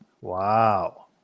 Wow